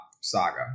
saga